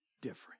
different